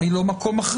הוא אולי לא מקום מכריע,